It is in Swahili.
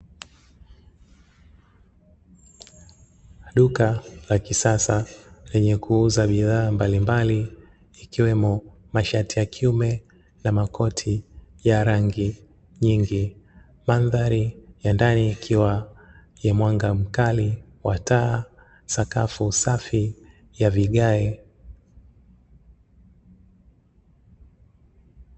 Duka la kisasa lenye kuuza bidhaa mbalimbali ikiwemo mashati ya kiume na makoti ya rangi nyingi, mandhari ya ndani ikiwa ya mwanga mkali wa taa, sakafu safi ya vigae.